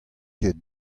ket